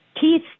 Keith